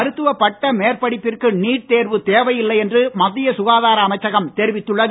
மருத்துவ பட்ட மேற்படிப்பிற்கு நீட் தேர்வு தேவையில்லை என்று மத்திய சுகாதார அமைச்சகம் தெரிவித்துள்ளது